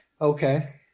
okay